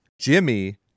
Jimmy